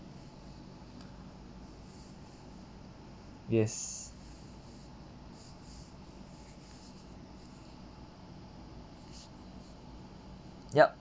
yes yup